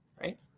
right